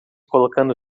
colocando